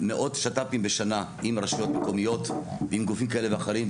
מאות שת"פים בשנה עם רשויות מקומיות ועם גופים כאלה ואחרים,